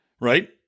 right